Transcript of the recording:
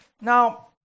Now